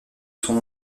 son